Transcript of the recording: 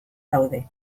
daude